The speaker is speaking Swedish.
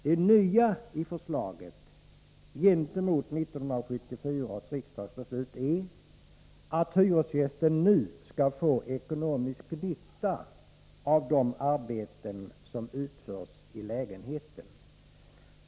Det nya i förslaget i förhållande till 1974 års riksdagsbeslut är att hyresgästen nu skall få ekonomisk nytta av de arbeten som utförs i lägenheten.